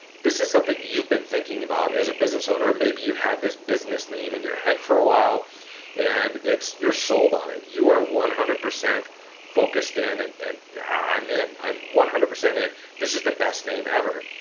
this is something you've been thinking about as a business owner. maybe you've had this business name in your head for a while and you're sold on it. you are one hundred percent focused in and and i'm in, i'm one hundred percent and this is the best name ever.